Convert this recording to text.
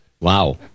wow